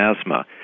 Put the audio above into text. asthma